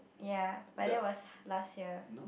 ya but that was last year